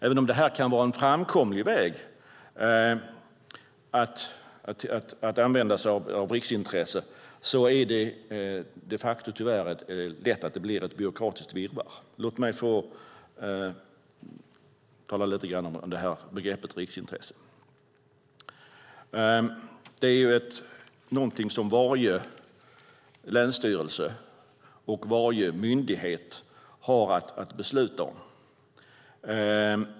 Även om det kan vara en framkomlig väg att använda sig av begreppet "riksintresse" är det de facto tyvärr lätt att det blir ett byråkratiskt virrvarr. Låt mig tala lite grann om begreppet "riksintresse". Det är något som varje länsstyrelse och varje myndighet har att besluta om.